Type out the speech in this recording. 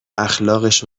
اخلاقش